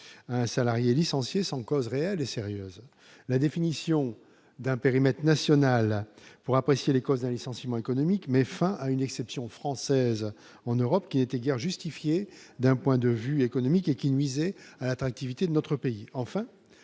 un salarié licencié sans cause réelle et sérieuse, la définition d'un périmètre national pour apprécier les causes d'un licenciement économique met fin à une exception française en Europe, qui étaient guère justifiée d'un point de vue économique et qui nuisait à l'attractivité de notre pays,